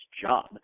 job